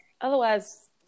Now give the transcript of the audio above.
otherwise